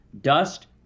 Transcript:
Dust